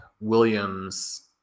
Williams